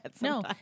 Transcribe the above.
No